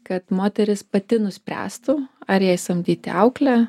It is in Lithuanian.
kad moteris pati nuspręstų ar jai samdyti auklę